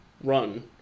run